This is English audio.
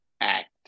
act